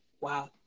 Wow